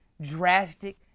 drastic